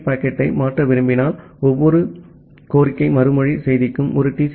B பாக்கெட்டை மாற்ற விரும்பினால் ஒவ்வொரு கோரிக்கை மறுமொழி செய்திக்கும் ஒரு டி